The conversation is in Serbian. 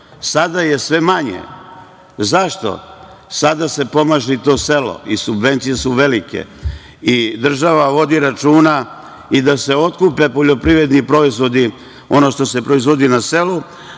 je sve manje. Zašto? Sada se pomaže i to selo i subvencije su velike i država vodi računa i da se otkupe poljoprivredni proizvodi, ono što se proizvodi na selu.